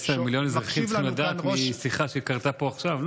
עשרה מיליון אזרחים צריכים לדעת משיחה שקרתה פה עכשיו.